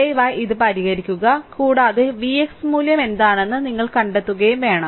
ദയവായി ഇത് പരിഹരിക്കുക കൂടാതെ Vx മൂല്യം എന്താണെന്ന് നിങ്ങൾ കണ്ടെത്തുകയും ചെയ്യും